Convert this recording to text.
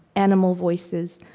animal voices,